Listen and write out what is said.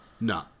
No